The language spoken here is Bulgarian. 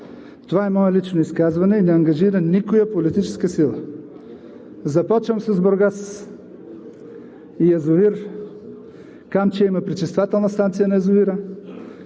Това е мое лично изказване и не ангажирам никоя политическа сила. Започвам с Бургас и язовир „Камчия“. Има пречиствателна станция на язовира,